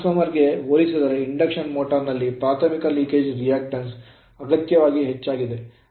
ಟ್ರಾನ್ಸ್ farmer ಗೆ ಹೋಲಿಸಿದರೆ induction motor ನಲ್ಲಿ ಪ್ರಾಥಮಿಕ leakage reactance ಸೋರಿಕೆ ಪ್ರತಿಕ್ರಿಯೆಯೂ ಅಗತ್ಯವಾಗಿ ಹೆಚ್ಚಾಗಿದೆ